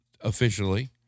officially